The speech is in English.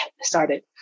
started